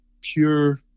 pure